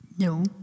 No